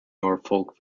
norfolk